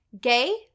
Gay